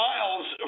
Miles